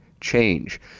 change